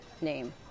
name